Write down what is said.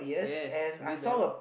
yes wheel barrow